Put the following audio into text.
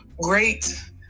great